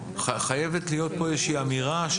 חייבת להיות פה איזושהי אמירה.